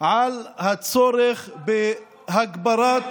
על הצורך בהגברת